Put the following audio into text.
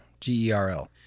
G-E-R-L